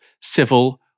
civil